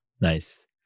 Nice